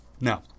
Now